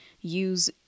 use